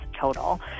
total